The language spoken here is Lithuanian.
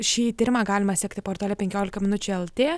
šį tyrimą galima sekti portale penkiolika minučių lt